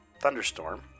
thunderstorm